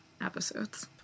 episodes